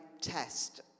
test